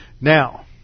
Now